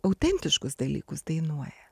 autentiškus dalykus dainuoja